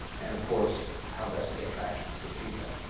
and of course how best to get traction to achieve that.